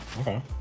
Okay